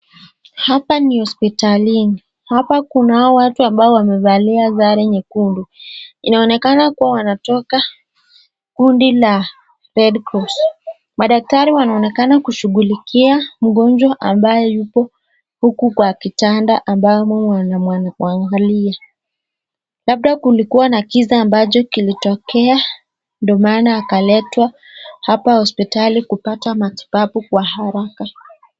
Hapa ni hospitalini. Hapa kuna watu ambao wamevaa sare nyekundu. Inaonekana kuwa wanatoka kundi la Red Cross . Madaktari wanaonekana kushughulikia mgonjwa ambaye yupo huku kwa kitanda ambamo wanamwangalia. Labda kulikuwa na kisa ambacho kilitokea ndio maana akaletwa hapa hospitali kupata matibabu kwa haraka.